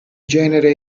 genere